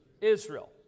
Israel